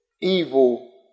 Evil